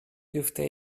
dürfte